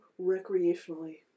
Recreationally